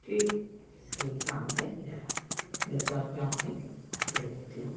ठीक यही काम है मेरा जो करके आपको दे देती हूँ